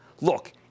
Look